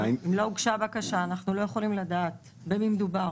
אם לא הוגשה בקשה אנחנו לא יכולים לדעת במי מדובר.